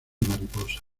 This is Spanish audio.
mariposa